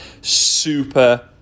Super